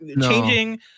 changing